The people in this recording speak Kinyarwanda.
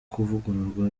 kuvugururwa